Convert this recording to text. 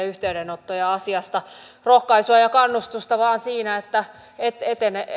yhteydenottoja asiasta rohkaisua ja kannustusta vain siinä että